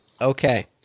Okay